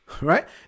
right